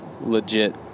legit